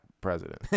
president